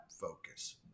focus